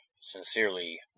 Sincerely